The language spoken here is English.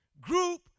group